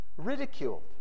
ridiculed